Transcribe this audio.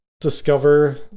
discover